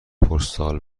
پستال